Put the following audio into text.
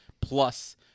plus